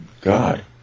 God